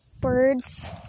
birds